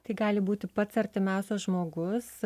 tai gali būti pats artimiausias žmogus